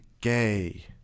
gay